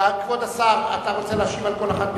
כבוד השר, אתה רוצה להשיב על כל אחת בנפרד,